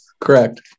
correct